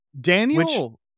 Daniel